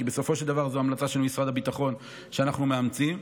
כי בסופו של דבר זו המלצה של משרד הביטחון שאנחנו מאמצים.